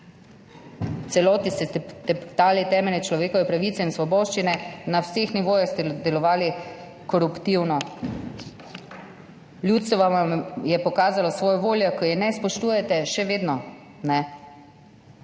celoti ste teptali temeljne človekove pravice in svoboščine. Na vseh nivojih ste delovali koruptivno. Ljudstvo vam je pokazalo svojo voljo, ki je ne spoštujete, še vedno